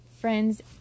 friends